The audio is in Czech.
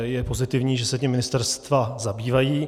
Je pozitivní, že se tím ministerstva zabývají.